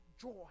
joy